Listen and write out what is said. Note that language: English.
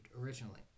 originally